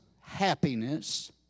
happiness